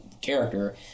character